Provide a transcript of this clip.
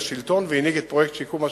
לשלטון והנהיג את פרויקט שיקום השכונות,